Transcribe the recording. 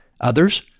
Others